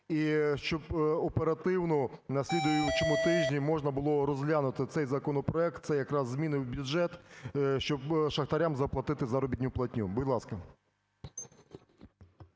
І щоб оперативно на слідуючому тижні можна було розглянути цей законопроект, це якраз зміни в бюджет, щоб шахтарям заплатити заробітну платню. Будь ласка.